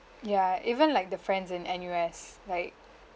ya even like the friends in N_U_S like